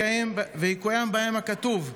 וִיקוים בהם הכתוב: